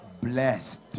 blessed